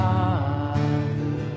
Father